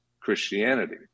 Christianity